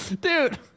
Dude